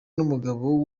n’umugabo